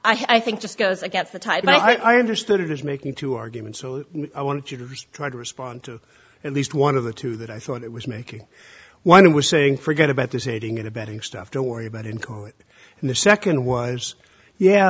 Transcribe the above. which i think just goes against the tide but i understood it is making two arguments so i want you to try to respond to at least one of the two that i thought it was making when i was saying forget about this aiding and abetting stuff to worry about in court and the second was yeah